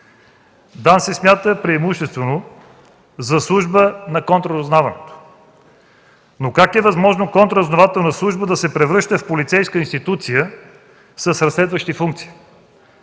се смята преимуществено за служба на контраразузнаването. Как е възможно контраразузнавателна служба да се превръща в полицейска институция с разследващи функции?